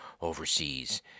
overseas